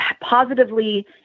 positively